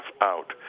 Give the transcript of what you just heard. out